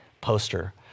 poster